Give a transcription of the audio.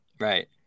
right